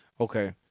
Okay